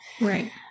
Right